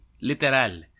literal